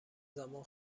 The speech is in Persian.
زمان